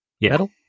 Metal